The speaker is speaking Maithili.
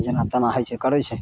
जेना तेना होइ छै करै छै